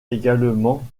également